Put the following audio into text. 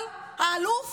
אבל האלוף